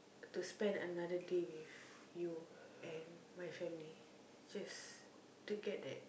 to spend another day with you and my family just to get that